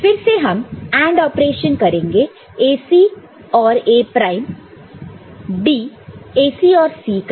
फिर से हम AND ऑपरेशन करेंगे ACऔर A प्राइम B AC और C का